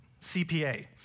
CPA